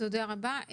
תודה רבה.